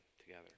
together